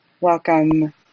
Welcome